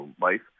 life